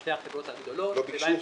שתי החברות הגדולות -- לא ביקשו,